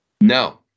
No